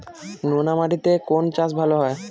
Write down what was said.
নোনা মাটিতে কোন চাষ ভালো হবে?